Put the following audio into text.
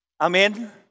Amen